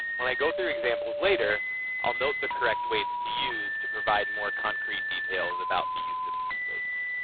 when i go through examples later i'll note the correct weights to use to provide more concrete details about the use of these weights.